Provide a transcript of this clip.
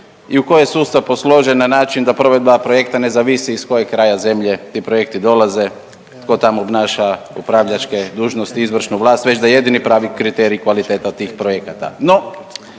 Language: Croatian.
i u kojem je sustav posložen na način da provedba projekta ne zavisi iz kojeg kraja zemlje ti projekti dolaze, tko tamo obnaša upravljačke dužnosti, izvršnu vlast već da jedini pravi kriterij kvaliteta tih projekata.